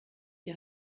die